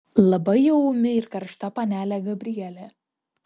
labai jau ūmi ir karšta panelė gabrielė